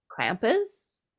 Krampus